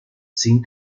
sin